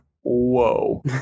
whoa